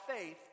faith